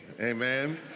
Amen